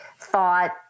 thought